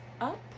up